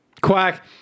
Quack